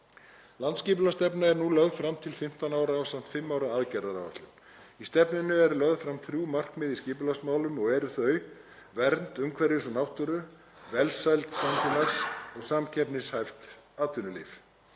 Landsskipulagsstefna er nú lögð fram til 15 ára ásamt fimm ára aðgerðaáætlun. Í stefnunni eru lögð fram þrjú markmið í skipulagsmálum og eru þau vernd umhverfis og náttúru, velsæld samfélags og samkeppnishæft atvinnulíf.